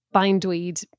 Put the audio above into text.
bindweed